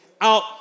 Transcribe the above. out